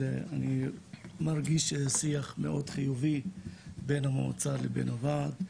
אני מרגיש שיח מאוד חיובי בין המועצה לבין הוועד.